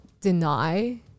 deny